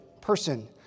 person